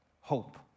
hope